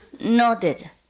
nodded